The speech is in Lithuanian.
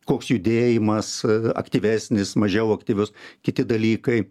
koks judėjimas aktyvesnis mažiau aktyvus kiti dalykai